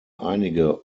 einige